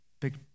big